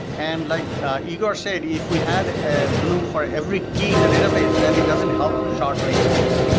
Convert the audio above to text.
and like igor said, if we had a bloom for every key in the database, then it doesn't help short range scans.